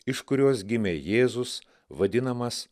iš kurios gimė jėzus vadinamas